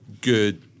good